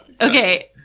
Okay